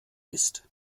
ist